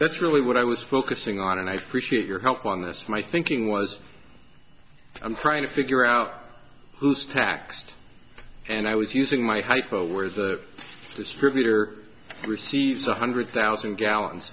that's really what i was focusing on and i appreciate your help on this my thinking was i'm trying to figure out who's taxed and i was using my hype over the distributor receives one hundred thousand gallons